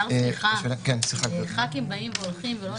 וזה